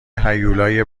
هیولای